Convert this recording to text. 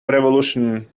revolution